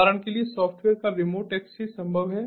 उदाहरण के लिए सॉफ्टवेयर का रिमोट एक्सेस संभव है